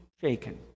shaken